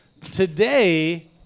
Today